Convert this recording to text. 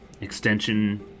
extension